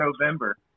November